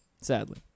sadly